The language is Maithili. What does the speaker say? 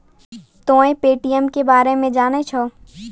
तोंय पे.टी.एम के बारे मे जाने छौं?